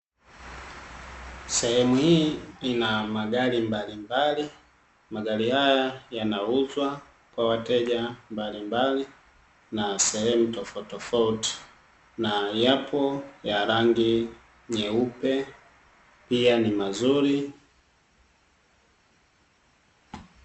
Sehemu hii ina magari mbalimbali, magari haya yanauzwa kwa wateja mbalimbali, na sehemu tofautitofauti na yapo ya rangi nyeupe pia ni mazuri.